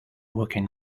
working